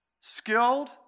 skilled